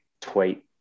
tweet